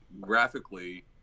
graphically